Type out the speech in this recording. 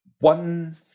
One